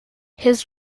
his